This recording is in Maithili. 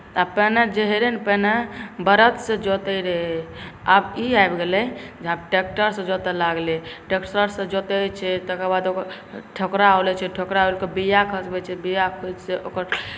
आ पहिने जे होइत रहै ने पहिने बड़द से जोतैत रहै आब ई आबि गेलै जे आब ट्रेक्टरसे जोतय लागलै ट्रेक्टरसे जोतैत छै तकर बाद ओकर ठकुरा ओलैत छै ठकुरा ओलिके बीआ खसबैत छै बीआ होइत छै ओकर